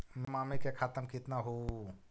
मेरा मामी के खाता में कितना हूउ?